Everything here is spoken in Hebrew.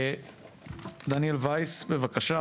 דניאל וייס, בבקשה.